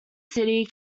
city